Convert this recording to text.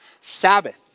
Sabbath